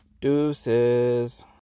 deuces